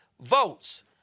votes